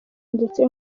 ndetse